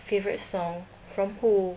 favourite song from who